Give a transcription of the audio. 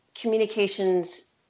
communications